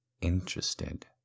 interested